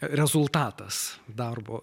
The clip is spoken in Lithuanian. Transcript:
rezultatas darbo